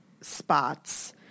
spots